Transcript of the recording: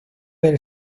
del